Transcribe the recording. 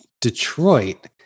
Detroit